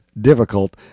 difficult